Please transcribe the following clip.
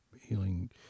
healing